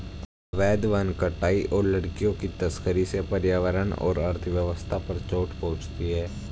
अवैध वन कटाई और लकड़ियों की तस्करी से पर्यावरण और अर्थव्यवस्था पर चोट पहुँचती है